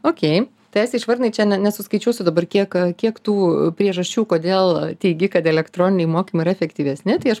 okei tai aiste išvardinai čia ne nesuskaičiuosiu dabar kiek kiek tų priežasčių kodėl teigi kad elektroniniai mokymai yra efektyvesni tai aš